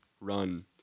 Run